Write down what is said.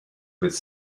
with